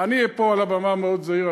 אני אהיה פה על הבמה מאוד זהיר.